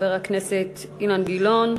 חבר הכנסת אילן גילאון,